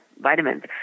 vitamins